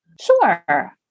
Sure